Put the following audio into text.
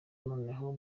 noneho